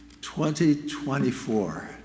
2024